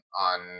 on